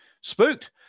spooked